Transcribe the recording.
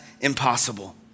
impossible